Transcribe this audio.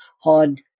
hard